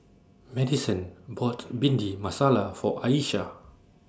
Madisyn bought Bhindi Masala For Ayesha